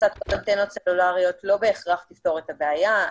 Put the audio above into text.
הכנסת אנטנות סלולריות לא בהכרח תפתור את הבעיה,